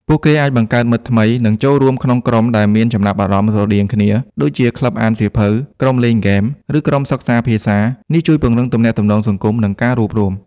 ពួកគេអាច បង្កើតមិត្តថ្មី និងចូលរួមក្នុង ក្រុមដែលមានចំណាប់អារម្មណ៍ស្រដៀងគ្នា ដូចជា ក្លឹបអានសៀវភៅ ក្រុមលេងហ្គេម ឬក្រុមសិក្សាភាសា នេះជួយពង្រឹងទំនាក់ទំនងសង្គម និងការរួបរួម។